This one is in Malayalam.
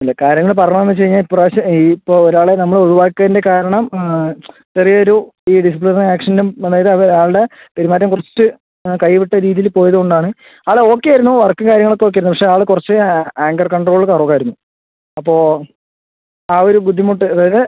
അല്ല കാര്യങ്ങൾ പറഞ്ഞത് എന്നു വെച്ച് കഴിഞ്ഞാൽ ഈ പ്രാവശ്യം ഇപ്പോൾ ഒരാളെ നമ്മൾ ഒഴിവാക്കിയതിന്റെ കാരണം ചെറിയൊരു ഈ ഡിസിപ്ലിനറി ആക്ഷനും അതായത് അവർ അയാളുടെ പെരുമാറ്റം കുറച്ച് കൈവിട്ട രീതിയില് പോയത് കൊണ്ട് ആണ് ആൾ ഓക്കെ ആയിരുന്നു വർക്കും കാര്യങ്ങൾ ഒക്കെ ഓക്കെ ആയിരുന്നു പക്ഷെ ആള് കുറച്ച് ഏങ്കർ കൺട്രോള് കുറവ് ആയിരുന്നു അപ്പോൾ ആ ഒരു ബുദ്ധിമുട്ട് അതായത്